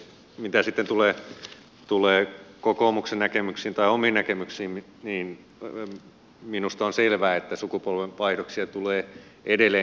mitä sitten tulee kokoomuksen näkemyksiin tai omiin näkemyksiini niin minusta on selvää että sukupolvenvaihdoksia tulee edelleen helpottaa